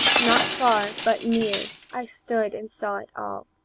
not far, but near, i stood and saw it all